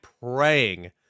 praying